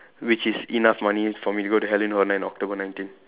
which is enough money for me to go Halloween horror night on October nineteen